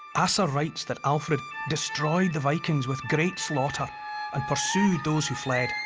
asser writes that alfred destroyed the vikings with great slaughter and pursued those who fled,